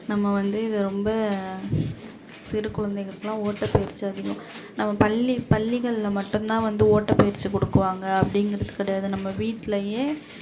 நம்ம வந்து இதை ரொம்ப சிறு குழந்தைகளுக்குலாம் ஓட்டப்பயிற்சி அதிகம் நம்ம பள்ளி பள்ளிகளில் மட்டும்தான் வந்து ஓட்டப்பயிற்சி கொடுக்குவாங்க அப்படிங்கிறது கிடையாது நம்ம வீட்லேயே